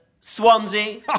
Swansea